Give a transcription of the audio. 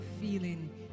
feeling